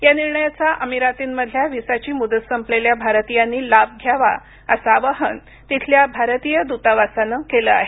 या निर्णयाचा अमिरातींमधल्या व्हिसाची मुदत संपलेल्या भारतीयांनी लाभ घ्यावा असं आवाहन तिथल्या भारतीय दूतावासानं केलं आहे